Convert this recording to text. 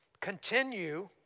continue